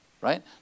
right